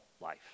life